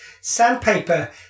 Sandpaper